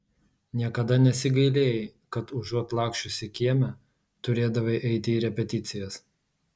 niekada nesigailėjai kad užuot laksčiusi kieme turėdavai eiti į repeticijas